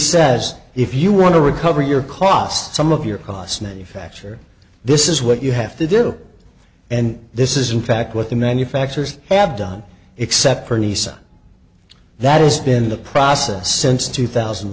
says if you want to recover your cost some of your costs not a factor this is what you have to do and this is in fact what the manufacturers have done except for nissan that has been the process since two thousand